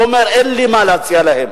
והוא אומר: אין לי מה להציע להם.